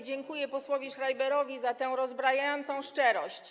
Dziękuję posłowi Schreiberowi za tę rozbrajającą szczerość.